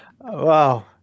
wow